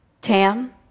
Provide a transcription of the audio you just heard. Tam